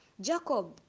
Jacob